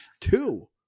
two